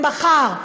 למחר,